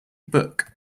book